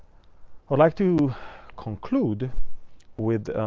would like to conclude with